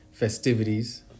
festivities